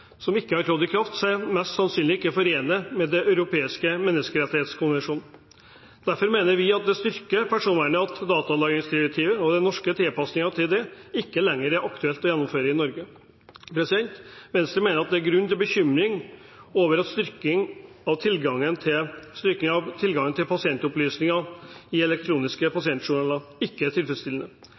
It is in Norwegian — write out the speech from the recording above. som ikke har trådt i kraft – seg mest sannsynlig ikke forene med Den europeiske menneskerettskonvensjonen. Derfor mener Venstre at det styrker personvernet at datalagringsdirektivet, og den norske tilpassingen til det, ikke lenger er aktuelt å gjennomføre i Norge. Venstre mener det er grunn til bekymring over at styringen av tilgang til pasientopplysninger i elektroniske pasientjournaler ikke er tilfredsstillende.